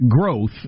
growth